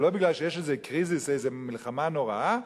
ולא מפני שיש איזה "קריזיס" איזו מלחמה נוראה,